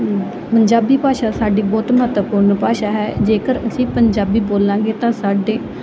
ਪੰਜਾਬੀ ਭਾਸ਼ਾ ਸਾਡੀ ਬਹੁਤ ਮਹੱਤਵਪੂਰਨ ਭਾਸ਼ਾ ਹੈ ਜੇਕਰ ਅਸੀਂ ਪੰਜਾਬੀ ਬੋਲਾਂਗੇ ਤਾਂ ਸਾਡੇ